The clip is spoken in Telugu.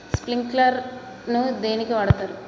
స్ప్రింక్లర్ ను దేనికి వాడుతరు?